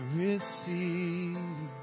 receive